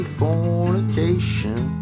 fornication